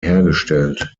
hergestellt